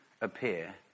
appear